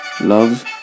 love